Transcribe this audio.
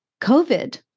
COVID